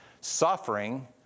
Suffering